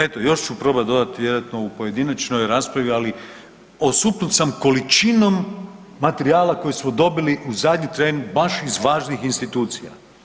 Eto još ću probat dodati vjerojatno u pojedinačnoj raspravi, ali osupnut sam količinom materijala koji smo dobili u zadnji tren baš iz važnih institucija.